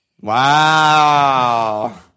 Wow